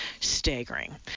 staggering